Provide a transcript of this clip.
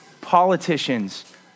politicians